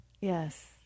Yes